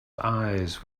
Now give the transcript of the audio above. eyes